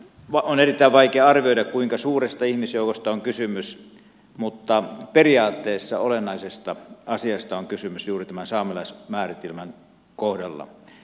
on erittäin vaikea arvioida kuinka suuresta ihmisjoukosta on kysymys mutta periaatteessa olennaisesta asiasta on kysymys juuri tämän saamelaismääritelmän kohdalla